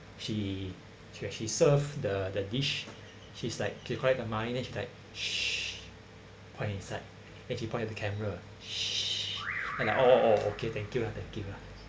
she she actually served the th~ dish she's like keep quiet the money then she's like pointed inside then she pointed at the camera and I oh oh oh thank you ah thank you ah